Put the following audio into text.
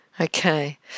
okay